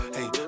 Hey